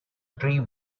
tree